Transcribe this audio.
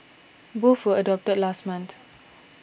both were adopted last month